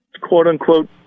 quote-unquote